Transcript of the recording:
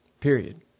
Period